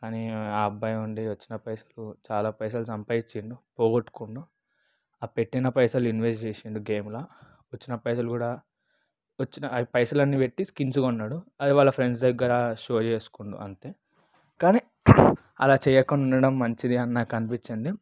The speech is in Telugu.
కానీ ఆ అబ్బాయి ఉండి వచ్చిన పైసలు చాలా పైసలు సంపాదించాడు పోగొట్టుకుండు ఆ పెట్టిన పైసలు ఇన్వెస్ట్ చేసాడు గేమ్లో వచ్చిన పైసలు కూడా వచ్చిన పైసలు అన్నీ పెట్టి స్కిన్స్ కొన్నాడు అవి వాళ్ళ ఫ్రెండ్స్ దగ్గర షో చేసుకున్నాడు అంతే కానీ అలా చేయకుండా ఉండటం మంచిది అని నాకు అనిపించింది